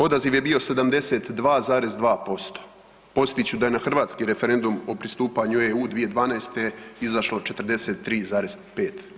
Odaziv je bio 72,2%, posjetit ću da je na hrvatski referendum o pristupanju EU 2012. izašlo 43,5%